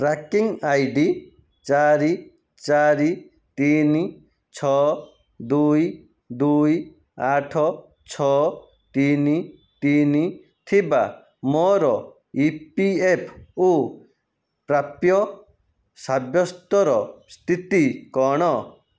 tracking I D ଚାରି ଚାରି ତିନି ଛଅ ଦୁଇ ଦୁଇ ଆଠ ଛଅ ତିନି ତିନି ଥିବା ମୋର ଇ ପି ଏଫ୍ ଓ ପ୍ରାପ୍ୟ ସାବ୍ୟସ୍ତର ସ୍ଥିତି କ'ଣ